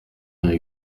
vingt